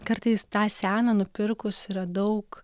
kartais tą seną nupirkus yra daug